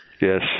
Yes